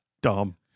dumb